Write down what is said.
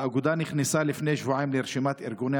האגודה נכנסה לפני שבועיים לרשימת ארגוני